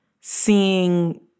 seeing